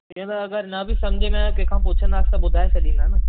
हीअं त अगरि न बि सम्झि में आयो कंहिंखा पुछंदासि त ॿुधाइ छॾींदा न